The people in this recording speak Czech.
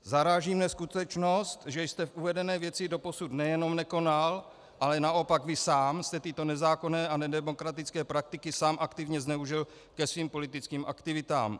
Zaráží mne skutečnost, že jste v uvedené věci doposud nejenom nekonal, ale naopak vy sám jste tyto nezákonné a nedemokratické praktiky sám aktivně zneužil ke svým politickým aktivitám.